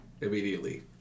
immediately